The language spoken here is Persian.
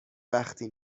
وقتی